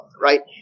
right